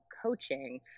coaching